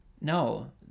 no